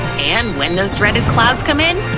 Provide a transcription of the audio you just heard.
and when those dreaded clouds come in,